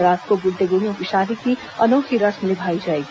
रात को गुड्डे गुडियों की शादी की अनोखी रस्म निभाई जाएगी